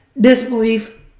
disbelief